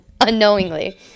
unknowingly